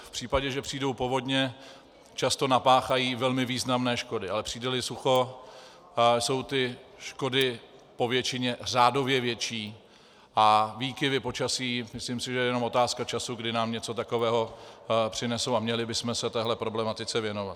V případě, že přijdou povodně, často napáchají velmi významné škody, ale přijdeli sucho, jsou ty škody povětšině řádově větší a výkyvy počasí, myslím, že je jenom otázka času, kdy nám něco takového přinesou, a měli bychom se této problematice věnovat.